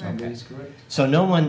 right there is great so no one